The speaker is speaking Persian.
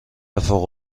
فوق